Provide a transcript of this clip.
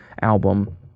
album